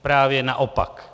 Právě naopak.